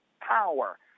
power